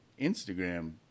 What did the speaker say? Instagram